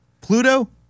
Pluto